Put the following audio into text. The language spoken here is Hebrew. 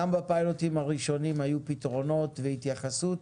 גם בפיילוטים הראשונים היו פתרונות והתייחסות,